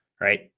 right